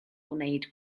wneud